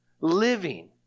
living